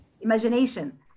Imagination